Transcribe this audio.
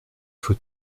faut